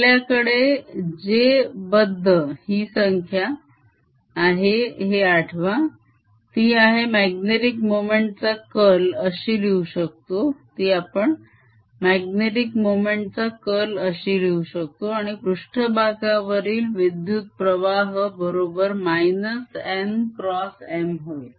आपल्याकडे j बद्ध हि संख्या आहे हे आठवा ती आपण magnetic मोमेंट चा curl अशी लिहू शकतो आणि पृष्ठभागावरील विद्युत्प्रवाह बरोबर - n x M होय